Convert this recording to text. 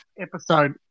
episode